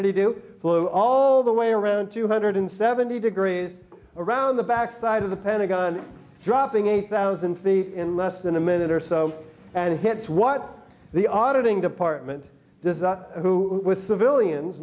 did he do flew all the way around two hundred seventy degrees around the back side of the pentagon dropping eight thousand feet in less than a minute or so and it hits what the auditing department this is who was civilians